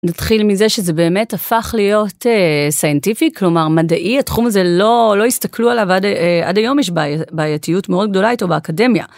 נתחיל מזה שזה באמת הפך להיות סיינטיפיק, כלומר, מדעי, התחום הזה לא הסתכלו עליו, עד היום יש בעייתיות מאוד גדולה איתו באקדמיה.